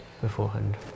beforehand